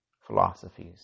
philosophies